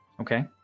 Okay